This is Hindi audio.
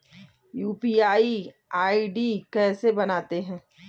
यू.पी.आई आई.डी कैसे बनाते हैं?